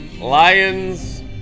lions